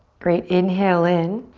great, inhale in.